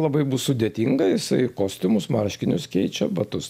labai bus sudėtinga jisai kostiumus marškinius keičia batus